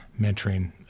mentoring